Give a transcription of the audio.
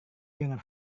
jangan